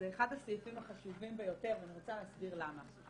זה אחד הסעיפים החשובים ביותר ואני רוצה להסביר למה.